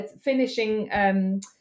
finishing